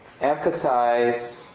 emphasize